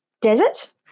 desert